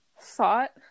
thought